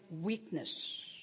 weakness